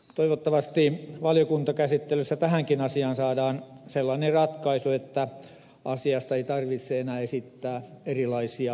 toivottavasti valiokuntakäsittelyssä tähänkin asiaan saadaan sellainen ratkaisu että asiasta ei tarvitse enää esittää erilaisia tulkintoja